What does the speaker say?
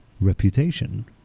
reputation